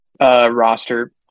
Roster